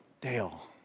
Dale